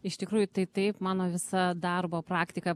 iš tikrųjų tai taip mano visa darbo praktika